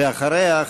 ואחריה,